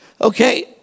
Okay